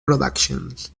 productions